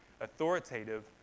authoritative